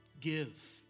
Give